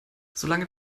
solange